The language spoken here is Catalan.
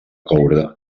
coure